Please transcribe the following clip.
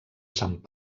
sant